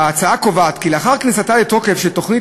ההצעה קובעת כי לאחר כניסתה לתוקף של תוכנית